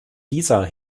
dieser